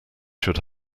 should